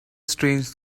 strange